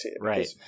Right